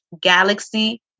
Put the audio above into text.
galaxy